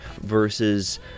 versus